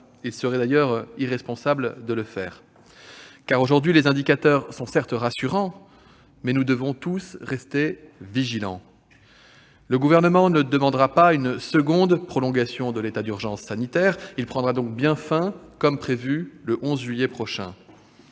ce serait malheureusement irresponsable. Les indicateurs sont certes rassurants, mais nous devons tous rester vigilants. Le Gouvernement ne demandera pas une seconde prolongation de l'état d'urgence sanitaire, qui prendra donc fin comme prévu le 11 juillet prochain.